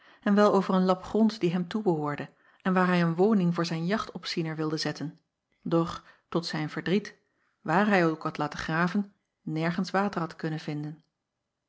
en wel over een lap gronds die hem toebehoorde en waar hij een woning voor zijn jachtopziener wilde zetten doch tot zijn verdriet waar hij ook had laten graven nergens water had kunnen vinden